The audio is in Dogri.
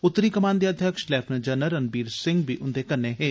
उत्तरी कमान दे अध्यक्ष लैफिनैंट जनरल रणबीर सिंह बी उन्दे कन्नै हे